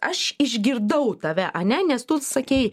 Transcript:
aš išgirdau tave ane nes tu sakei